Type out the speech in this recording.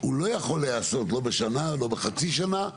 הוא לא יכול להיעשות לא בשנה, לא בחצי שנה.